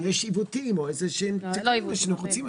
אם יש עיוותים- -- בבקשה.